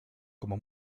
como